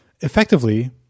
effectively